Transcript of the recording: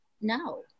no